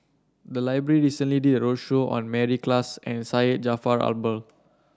the library recently did a roadshow on Mary Klass and Syed Jaafar Albar